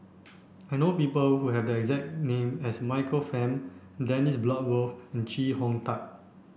I know people who have the exact name as Michael Fam Dennis Bloodworth and Chee Hong Tat